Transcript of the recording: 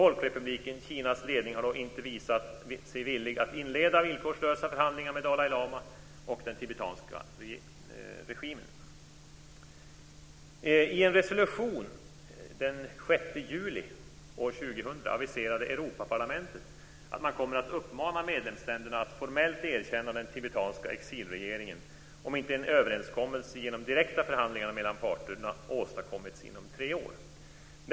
Folkrepubliken Kinas ledning har dock inte visat sig villig att inleda villkorslösa förhandlingar med Dalai lama och den tibetanska regimen. I en resolution den 6 juli 2000 aviserade Europaparlamentet att man kommer att uppmana medlemsländerna att formellt erkänna den tibetanska exilregeringen om inte en överenskommelse genom direkta förhandlingar mellan parterna åstadkommits inom tre år.